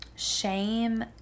Shame